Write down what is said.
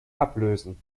ablösen